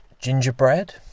Gingerbread